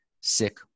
sick